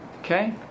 Okay